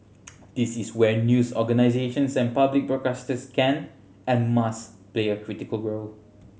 this is where news organisations and public broadcasters can and must play a critical role